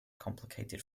complicated